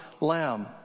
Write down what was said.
lamb